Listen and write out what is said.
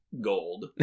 gold